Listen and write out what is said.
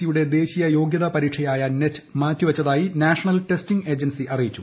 C യുടെ ദേശീയ യോഗ്യതാ പരീക്ഷയായ നെറ്റ് മാറ്റിവച്ചതായി നാഷണൽ ടെസ്റ്റിങ്ങ് ഏജൻസി അറിയിച്ചു